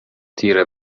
تیره